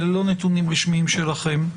אלה לא נתונים רשמיים שלכם,